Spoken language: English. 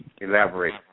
Elaborate